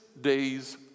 days